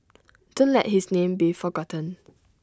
don't let his name be forgotten